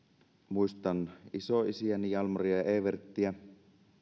muistan isoisiäni jalmaria ja eeverttiä